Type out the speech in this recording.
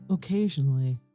Occasionally